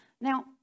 Now